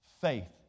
Faith